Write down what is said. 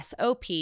sop